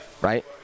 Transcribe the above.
Right